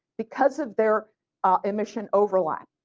because of their emission overlap.